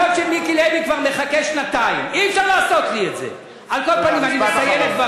כשאני הייתי על הדוכן, אני מסיים.